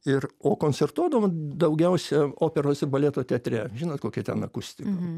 ir o koncertuodavom daugiausia operos ir baleto teatre žinot kokia ten akustika